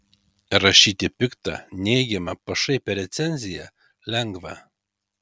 rašyti piktą neigiamą pašaipią recenziją lengva